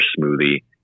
smoothie